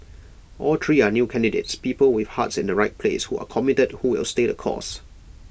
all three are new candidates people with hearts in the right place who are committed who will stay the course